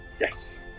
Yes